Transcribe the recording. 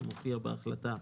זה מופיע בהחלטה,